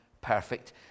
perfect